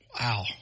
Wow